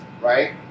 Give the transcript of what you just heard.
Right